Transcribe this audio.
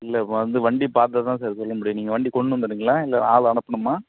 இல்லை இப்போ வந்து வண்டி பார்த்தா தான் சார் சொல்ல முடியும் நீங்கள் வண்டி கொண்டு வந்துடுறீங்களா இல்லை ஆள் அனுப்பணுமா